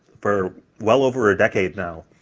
for well over a decade now.